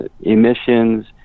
emissions